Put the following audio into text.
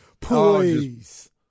please